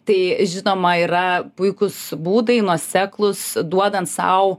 tai žinoma yra puikūs būdai nuoseklūs duodant sau